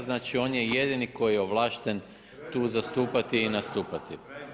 Znači on je jedini koji je ovlašten tu zastupati i nastupati.